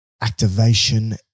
activation